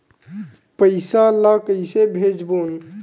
पईसा ला कइसे भेजबोन?